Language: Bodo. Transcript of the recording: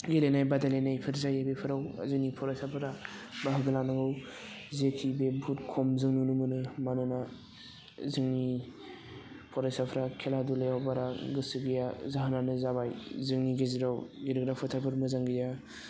गेलेनाय बादायलायनायफोर जायो बेफोराव जोंनि फरायसाफोरा बाहागो लानांगौ जेखि बे बुहुत खम जों नुनो मोनो मानोना जोंनि फरायसाफ्रा खेला दुलायाव बारा गोसो गैया जाहोनानो जाबाय जोंनि गेजेराव गेलेग्रा फोथारफोर मोजां गैया